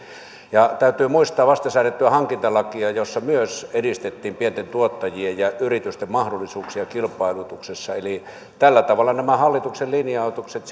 ja täytyy muistaa vasta säädettyä hankintalakia jossa myös edistettiin pienten tuottajien ja yritysten mahdollisuuksia kilpailutuksessa eli tällä tavalla nämä hallituksen linjaukset